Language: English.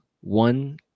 one